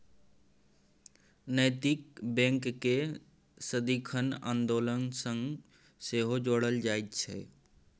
नैतिक बैंककेँ सदिखन आन्दोलन सँ सेहो जोड़ल जाइत छै